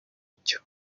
mucyo